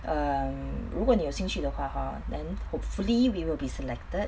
um 如果你有兴趣的话 hor then hopefully we will be selected